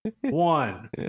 one